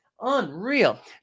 unreal